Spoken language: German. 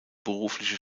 berufliche